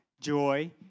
joy